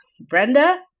Brenda